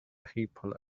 people